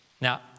Now